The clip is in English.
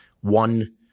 one